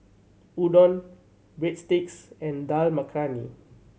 Udon Breadsticks and Dal Makhani